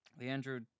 Leandro